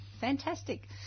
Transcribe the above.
Fantastic